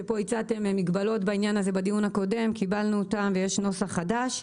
ופה הצעתם מגבלות בעניין הזה בדיון הקודם וקיבלנו אותן ויש נוסח חדש.